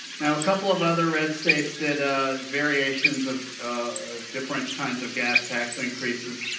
now a couple of other red states did ah variations of ah different kinds of gas tax and increases.